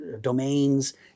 domains